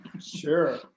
Sure